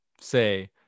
say